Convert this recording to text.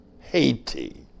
Haiti